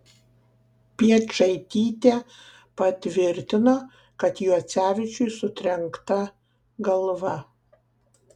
piečaitytė patvirtino kad juocevičiui sutrenkta galva